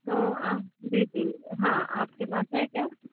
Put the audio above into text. तो आप दे दें हाँ आपके पास हैं क्या